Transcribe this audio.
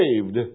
saved